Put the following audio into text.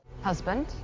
Husband